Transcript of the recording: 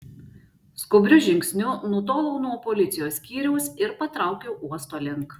skubriu žingsniu nutolau nuo policijos skyriaus ir patraukiau uosto link